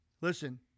listen